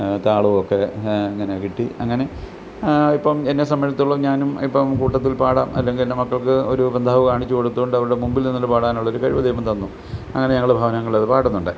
താളവും ഒക്കെ അങ്ങനെ കിട്ടി അങ്ങനെ ഇപ്പം എന്നെ സംബന്ധിച്ചിടത്തോളം ഞാനും ഇപ്പം കൂട്ടത്തിൽ പാടാം അല്ലെങ്കിൽ എൻ്റെ മക്കൾക്ക് ഒരു ബന്ധാവ് കാണിച്ചുകൊടുത്തുകൊണ്ട് അവരുടെ മുമ്പിൽ നിന്നുകൊണ്ട് പാടാനുള്ളൊരു കഴിവ് ദൈവം തന്നു അങ്ങനെ ഞങ്ങൾ ഭവനങ്ങളിൽ അത് പാടുന്നുണ്ട്